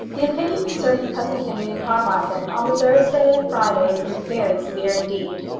the opinion concerning cousin henry in carmarthen on the thursday and friday was very severe indeed.